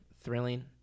thrilling